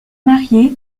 marié